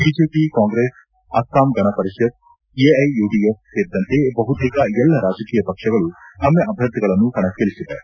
BJP Congress Asom Gana Parishad AIUDF ಸೇರಿದಂತೆ ಬಹುತೇಕ ಎಲ್ಲ ರಾಜಕೀಯ ಪಕ್ಷಗಳು ತಮ್ಮ ಅಭ್ಯರ್ಥಿಗಳನ್ನು ಕಣಕ್ಕಿಳಿಸಿವೆ